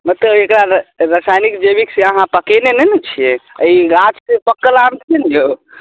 मतलब एकरा र रसायनिक जैविक से आहाँ पकयने नहि ने छियै आ ई गाछके पाकल आम छियै ने यो